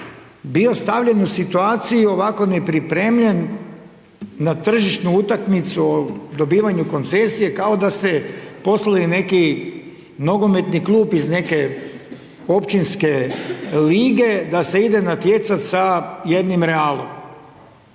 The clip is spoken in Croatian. bio stavljen u situaciju, ovako nepripremljen na tržištu utakmicu o dobivanju koncesije, kao da ste poslali neki nogometni klub iz neke općinske lige, da se ide natjecati sa jednim Realom.